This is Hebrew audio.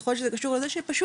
יכול להיות שזה קשור לזה שפשוט